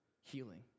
healing